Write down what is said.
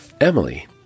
Emily